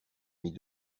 mit